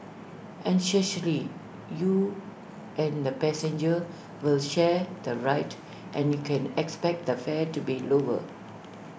essentially you and the passenger will share the ride and you can expect the fare to be lower